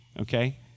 Okay